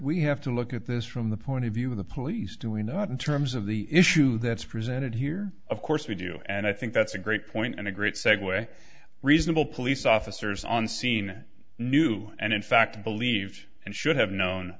we have to look at this from the point of view of the police do we not in terms of the issue that's presented here of course we do and i think that's a great point and a great segue reasonable police officers on scene knew and in fact believed and should have known